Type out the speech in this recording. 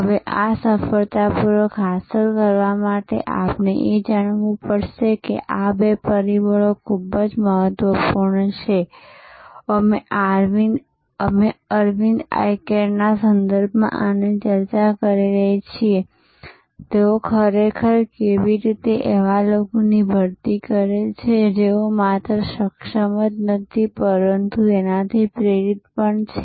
હવે આ સફળતાપૂર્વક હાંસલ કરવા માટે આપણે એ પણ જાણવું પડશે કે આ બે પરિબળો ખૂબ જ મહત્વપૂર્ણ છે અમે અરવિંદ આઈ કેરના સંદર્ભમાં આની ચર્ચા કરીએ છીએ કે તેઓ ખરેખર કેવી રીતે એવા લોકોની ભરતી કરે છે જેઓ માત્ર સક્ષમ જ નથી પરંતુ તેનાથી પ્રેરિત પણ છે